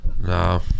No